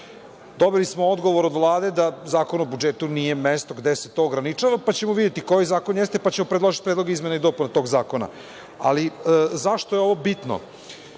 slično. Dobili smo odgovor od Vlade da Zakon o budžetu nije mesto gde se to ograničava, pa ćemo videti koji zakon jeste, pa ćemo predložiti izmene i dopune tog zakona.Zašto je ovo bitno?